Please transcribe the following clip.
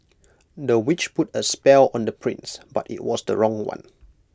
the witch put A spell on the prince but IT was the wrong one